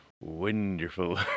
Wonderful